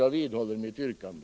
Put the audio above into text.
Jag vidhåller mitt yrkande.